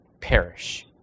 perish